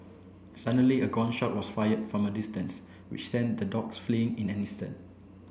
suddenly a gun shot was fired from a distance which sent the dogs fleeing in an instant